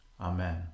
Amen